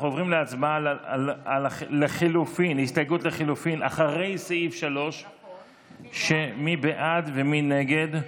אנחנו עוברים להצבעה על ההסתייגות לחלופין אחרי סעיף 3. מי בעד ומי נגד?